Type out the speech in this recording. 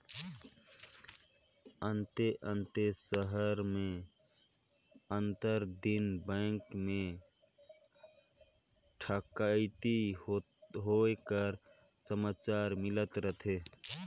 अन्ते अन्ते सहर में आंतर दिन बेंक में ठकइती होए कर समाचार मिलत रहथे